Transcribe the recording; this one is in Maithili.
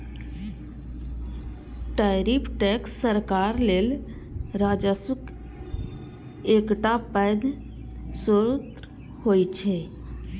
टैरिफ टैक्स सरकार लेल राजस्वक एकटा पैघ स्रोत होइ छै